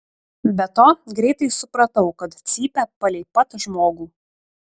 be to greitai supratau kad cypia palei pat žmogų